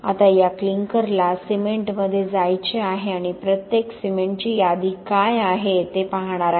आता या क्लिंकरला सिमेंटमध्ये जायचे आहे आणि प्रत्येक सिमेंटची यादी काय आहे ते पाहणार आहे